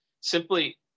Simply